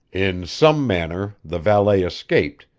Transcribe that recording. in some manner, the valet escaped,